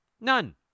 None